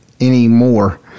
anymore